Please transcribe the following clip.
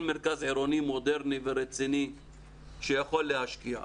מרכז עירוני מודרני ורציני שיכול להשקיע.